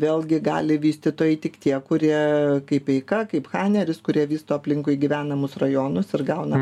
vėlgi gali vystytojai tik tie kurie kaip eika kaip haneris kurie vysto aplinkui gyvenamus rajonus ir gauna